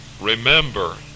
remember